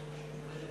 בחומרים מסכנים,